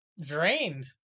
drained